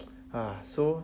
uh so